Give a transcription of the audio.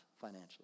financially